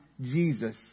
Jesus